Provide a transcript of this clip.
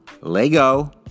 Lego